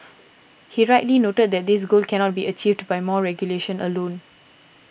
he rightly noted that this goal cannot be achieved by more regulation alone